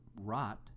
rot